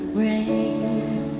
rain